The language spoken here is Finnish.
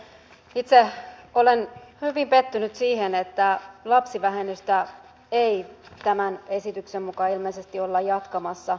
itse olen hyvin pettynyt siihen että lapsivähennystä ei tämän esityksen mukaan ilmeisesti olla jatkamassa